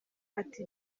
ati